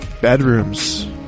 bedrooms